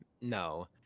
No